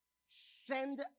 send